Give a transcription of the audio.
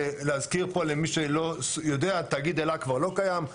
ולהזכיר פה למי שלא יודע, תאגיד אל"ה כבר לא קיים.